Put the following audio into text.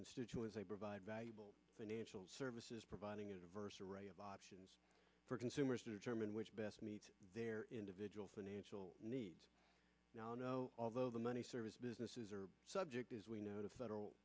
constituents they provide valuable financial services providing universal array of options for consumers to determine which best meet their individual financial needs non o although the many service businesses are subject as we know to federal